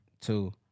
two